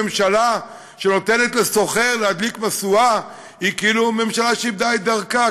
ממשלה שנותנת לסוחר להדליק משואה היא כאילו ממשלה שאיבדה את דרכה.